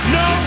no